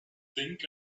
think